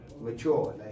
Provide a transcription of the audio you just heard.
mature